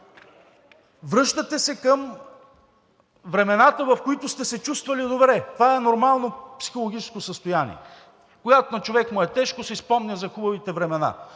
Връщате се към времената, в които сте се чувствали добре. Това е нормално психологическо състояние – когато на човек му е тежко, си спомня за хубавите времена.